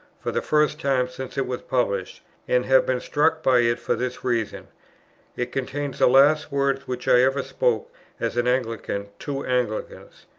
for the first time since it was published and have been struck by it for this reason it contains the last words which i ever spoke as an anglican to anglicans.